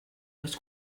oes